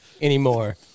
anymore